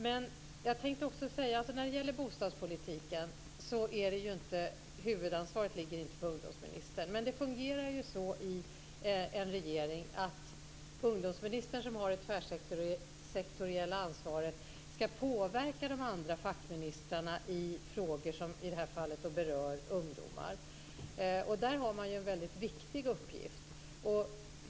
Men inom bostadspolitiken ligger inte huvudansvaret på ungdomsministern. Men det fungerar så i en regering att ungdomsministern, som har det tvärsektoriella ansvaret, ska påverka de andra fackministrarna i frågor som, i det här fallet, berör ungdomar. Där har man en väldigt viktig uppgift.